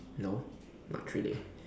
no not really